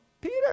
Peter